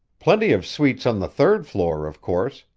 plenty of suites on the third floor, of course,